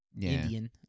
Indian